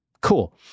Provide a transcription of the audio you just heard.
Cool